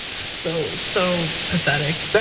so it's so pathetic. but